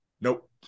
Nope